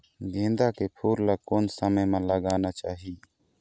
गेंदा के फूल ला कोन समय मा लगाना चाही?